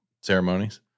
ceremonies